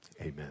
Amen